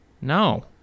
No